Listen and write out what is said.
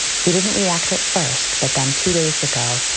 he didn't react at first, but then two days ago,